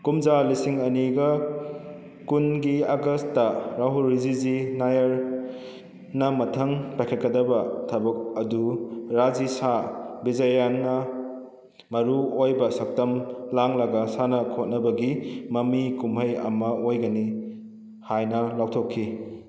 ꯀꯨꯝꯖꯥ ꯂꯤꯁꯤꯡ ꯑꯅꯤꯒ ꯀꯨꯟꯒꯤ ꯑꯥꯒꯁꯇ ꯔꯥꯍꯨꯜ ꯔꯤꯖꯤ ꯅꯥꯌꯔꯅ ꯃꯊꯪ ꯄꯥꯏꯈꯠꯀꯗꯕ ꯊꯕꯛ ꯑꯗꯨ ꯔꯥꯖꯤꯁꯥ ꯕꯤꯖꯌꯥꯟꯅ ꯃꯔꯨꯑꯣꯏꯕ ꯁꯛꯇꯝ ꯂꯥꯡꯂꯒ ꯁꯥꯟꯅ ꯈꯣꯠꯅꯕꯒꯤ ꯃꯃꯤ ꯀꯨꯝꯍꯩ ꯑꯃ ꯑꯣꯏꯒꯅꯤ ꯍꯥꯏꯅ ꯂꯥꯎꯊꯣꯛꯈꯤ